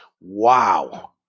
Wow